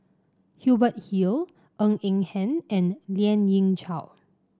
Hubert Hill Ng Eng Hen and Lien Ying Chow